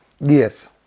Yes